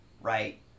right